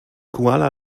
kuala